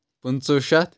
پٕنٛژٕ شیٚتھ